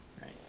right